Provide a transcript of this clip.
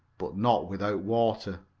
but not without water.